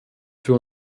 für